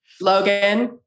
Logan